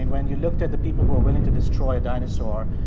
and when you looked at the people who were willing to destroy a dinosaur,